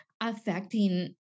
affecting